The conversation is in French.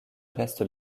reste